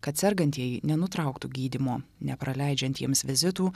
kad sergantieji nenutrauktų gydymo nepraleidžiantiems vizitų